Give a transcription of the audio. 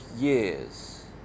years